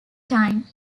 time